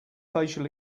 facial